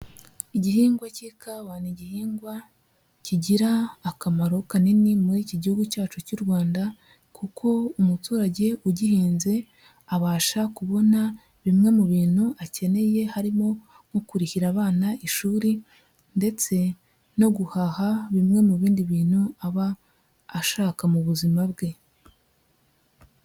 Igihingwa cy'ikawa, ni igihingwa kigira akamaro kanini muri iki gihugu cyacu cy'u Rwanda kuko umuturage ugihinze abasha kubona bimwe mu bintu akeneye harimo, nko kurikira abana ishuri ndetse no guhaha bimwe mu bindi bintu, aba ashaka mu buzima bwe.